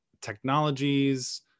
technologies